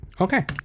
Okay